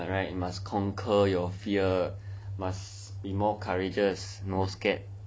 but right you must conquer you fear must be more courageous no scared